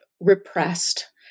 repressed